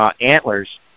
antlers